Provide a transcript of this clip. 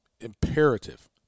imperative